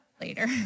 Later